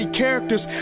characters